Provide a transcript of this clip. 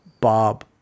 Bob